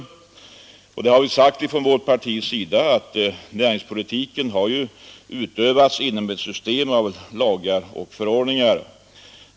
Vi har från vårt parti sagt att näringspolitiken hittills har utövats inom ett system av lagar och förordningar.